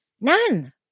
None